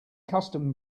custom